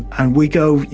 and we go,